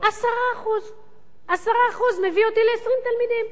10%; מביא אותי ל-20 תלמידים.